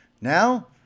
Now